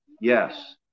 Yes